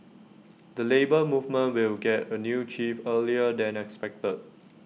the Labour Movement will get A new chief earlier than expected